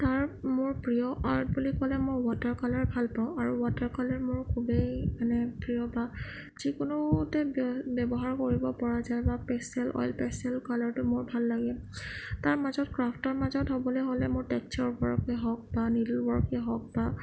art মোৰ প্ৰিয় art বুলি ক'লে মই ৱাটাৰ কালাৰ ভাল পাওঁ আৰু ৱাটাৰ কালাৰ মোৰ খুবেই মানে প্ৰিয় বা যিকোনোতে বে ব্যৱহাৰ কৰিব পৰা যায় বা পেষ্টেল অইল পেষ্টেল কালৰটো মোৰ ভাল লাগে তাৰ মাজত ক্ৰাফটৰ মাজত হ'বলে হ'লে মোৰ টেক্সাৰ ৱৰ্কে হওক বা নিডল ৱৰ্কে হওক বা